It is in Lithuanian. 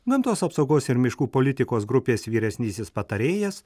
gamtos apsaugos ir miškų politikos grupės vyresnysis patarėjas